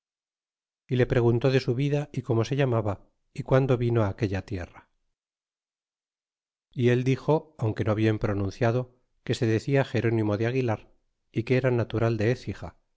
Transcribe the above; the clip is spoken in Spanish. y le preguntó de su vida y como se llamaba y qundo vino aquella tierra y él dixo aunque no bien pronunciado que se decia gerúnimo de aguilar y que era natural de ecija